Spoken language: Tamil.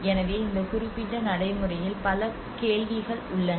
எனவே இந்த குறிப்பிட்ட நடைமுறையில் பல கேள்விகள் உள்ளன